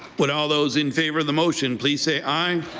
would all those in favor of the motion please say aye.